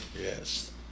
Yes